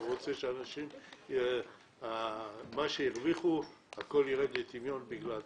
אני לא רוצה שכל מה שאנשים הרוויחו ירד לטמיון בגלל תקלה.